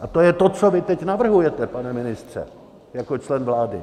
A to je to, co vy teď navrhujete, pane ministře, jako člen vlády.